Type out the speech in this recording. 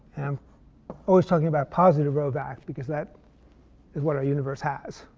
i'm always talking about positive rho vac because that is what our universe has.